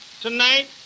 tonight